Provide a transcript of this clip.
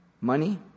Money